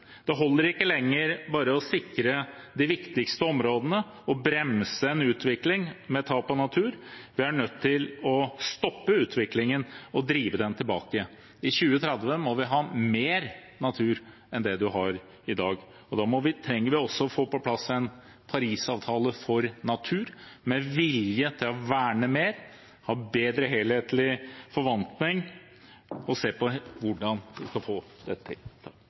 Det holder ikke lenger bare å sikre de viktigste områdene og bremse en utvikling med tap av natur. Vi er nødt til å stoppe utviklingen og drive den tilbake. I 2030 må vi ha mer natur enn det vi har i dag. Da trenger vi også å få på plass en Parisavtale for natur, med vilje til å verne mer, ha bedre helhetlig forvaltning og se på hvordan man kan få dette til.